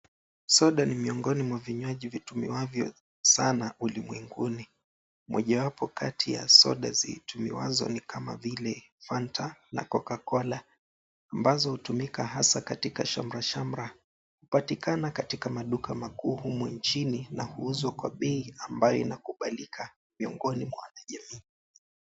Soda ni miongoni mwa vinywaji vitumiavyo sana ulimwenguni. Mojawapo kati ya soda zitumiwazo ni kama vile fanta na cocacola ambazo hutumika hasa katika shamra shamra hupatikana katika maduka makuu humu nchini na huuzwa kwa bei ambayo inakubalika miongoni mwa jamii.